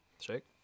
Shake